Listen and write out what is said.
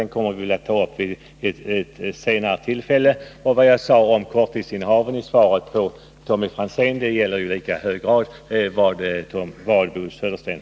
Den frågan får vi diskutera vid ett senare tillfälle. Vad jag sade om korttidsinnehavet i mitt svar till Tommy Franzén gäller i lika hög grad Bo Södersten.